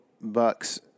bucks